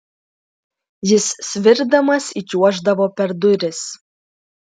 jis svirdamas įčiuoždavo per duris